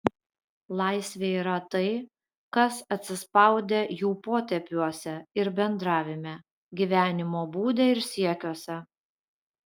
laisvė yra tai kas atsispaudę jų potėpiuose ir bendravime gyvenimo būde ir siekiuose